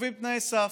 קובעים תנאי סף,